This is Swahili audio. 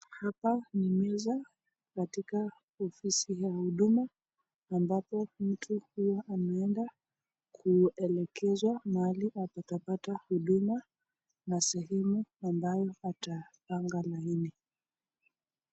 Hapa ni meza katika ofisi ya huduma ambapo mtu huwa anaenda kuelekezwa mahali atapata huduma na sehemu ambayo atapanga laini.